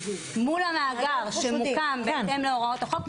מול המאגר שמוקם בהתאם להוראות החוק.